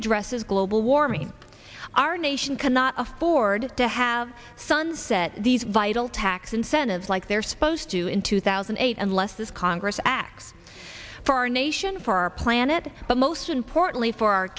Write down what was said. addresses global warming our nation cannot afford to have sunset these vital tax incentives like they're supposed to in two thousand and eight unless this congress acts for our nation for our planet but most importantly for our